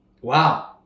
Wow